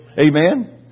Amen